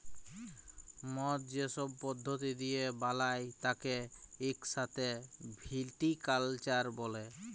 মদ যে সব পদ্ধতি দিয়ে বালায় তাকে ইক সাথে ভিটিকালচার ব্যলে